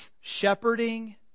shepherding